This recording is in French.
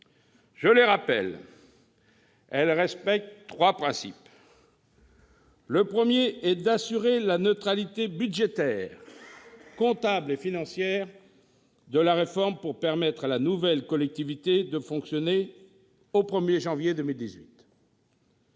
Ces dernières respectent trois principes : assurer la neutralité budgétaire, comptable et financière de la réforme, pour permettre à la nouvelle collectivité de fonctionner au 1 janvier 2018